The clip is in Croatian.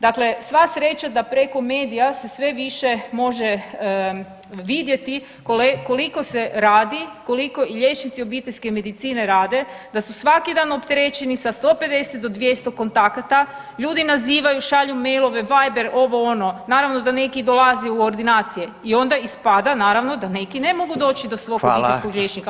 Dakle sva sreća da preko medija se sve više može vidjeti koliko se radi, koliko i liječnici obiteljske medicine rade, da su svaki dan opterećeni sa 150 do 200 kontakata, ljudi nazivaju, šalju mailove, Viber, ovo, ono, naravno da neki dolaze i u ordinacije i onda ispada, naravno, da neki ne mogu doći do svog obiteljskog liječnika